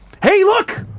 hey look,